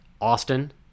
Austin